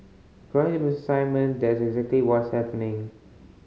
Mister Simon that's exactly what's happening